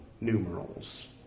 numerals